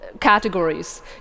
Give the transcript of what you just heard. categories